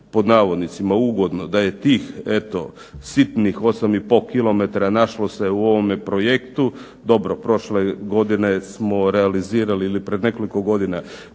i "iznenađen" ugodno da je tih eto sitnih 8,5 km našlo se u ovom projektu. Dobro prošle godine smo realizirali ili pred nekoliko godina dionicu